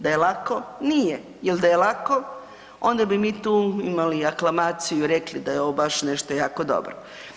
Da je lako, nije jer da je lako onda bi mi tu imali i aklamaciju i rekli da je ovo baš nešto jako dobro.